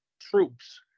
troops